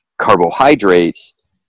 carbohydrates